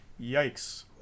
Yikes